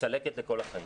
צלקת לכל החיים.